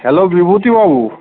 hello বিভূতিবাবু